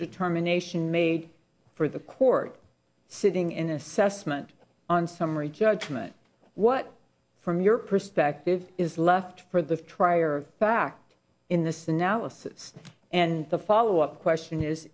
determination made for the court sitting in assessment on summary judgment what from your perspective is left for the trier of fact in this analysis and the follow up question is